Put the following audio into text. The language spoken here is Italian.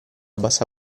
bassa